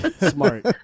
Smart